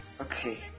okay